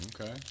Okay